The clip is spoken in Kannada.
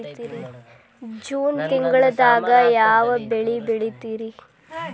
ಜೂನ್ ತಿಂಗಳದಾಗ ಯಾವ ಬೆಳಿ ಬಿತ್ತತಾರ?